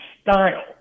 style